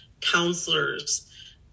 counselors